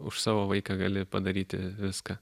už savo vaiką gali padaryti viską